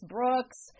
Brooks